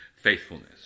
faithfulness